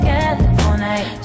California